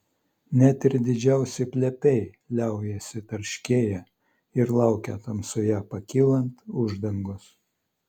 net ir didžiausi plepiai liaujasi tarškėję ir laukia tamsoje pakylant uždangos